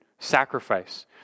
sacrifice